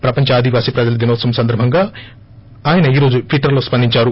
ప్రపంచ ఆదివాసీ ప్రజల దినోత్సవం సందర్బంగా ఆయన ఈ రోజు ట్విట్టర్ లో స్పందించారు